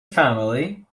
family